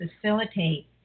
facilitate